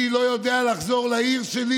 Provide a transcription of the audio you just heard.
אני לא יודע לחזור לעיר שלי